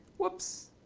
whoops.